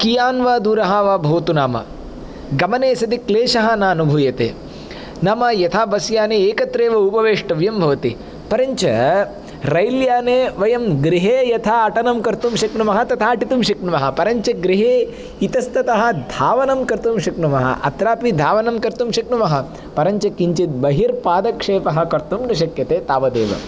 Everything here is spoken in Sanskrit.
कियान् वा दूरः वा भवतु नाम गमने सति क्लेशः नानुभूयते नाम यथा बस् याने एकत्र एव उपवेष्टव्यं भवति परञ्च रैल् याने वयं गृहे यथा अटनं कर्तुं शक्नुमः तथा अटितुं शक्नुमः परञ्च गृहे इतस्ततः धावनं कर्तुं शक्नुमः अत्रापि धावनं कर्तुं शक्नुमः परञ्च किञ्चित् बहिर् पादक्षेपः कर्तुं न शक्यते तावदेव